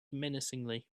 menacingly